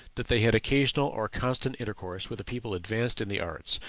that they had occasional or constant intercourse with a people advanced in the arts,